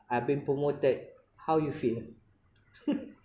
I have been promoted how you feel